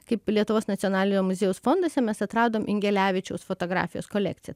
kaip lietuvos nacionalinio muziejaus fonduose mes atradom ingelevičiaus fotografijos kolekciją